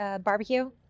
barbecue